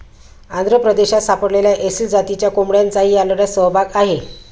आंध्र प्रदेशात सापडलेल्या एसील जातीच्या कोंबड्यांचाही या लढ्यात सहभाग आहे